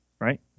right